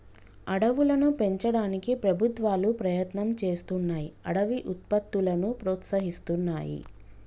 అడవులను పెంచడానికి ప్రభుత్వాలు ప్రయత్నం చేస్తున్నాయ్ అడవి ఉత్పత్తులను ప్రోత్సహిస్తున్నాయి